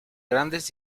grandes